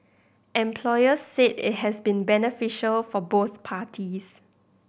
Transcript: employers said it has been beneficial for both parties